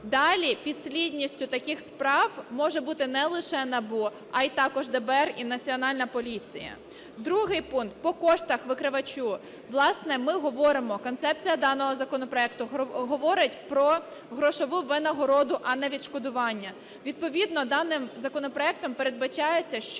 Далі підслідністю таких справ може бути не лише НАБУ, а й також і ДБР, і Національна поліція. Другий пункт: по коштам викривачу. Власне, ми говоримо, концепція даного законопроекту говорить про грошову винагороду, а не відшкодування. Відповідно даним законопроектом передбачається, що